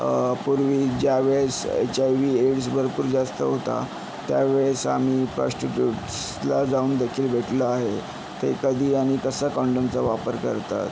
पूर्वी ज्या वेळेस एच आय व्ही एडस भरपूर जास्त होता त्यावेळेस आम्ही प्रॉस्टिट्यूटसला जाऊन देखील भेटलो आहे ते कधी आणि कसा कंडोमचा वापर करतात